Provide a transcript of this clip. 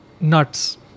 nuts